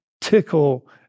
tickle